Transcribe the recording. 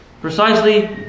Precisely